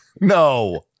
No